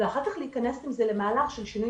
ואחר כך להיכנס עם זה למהלך של שינוי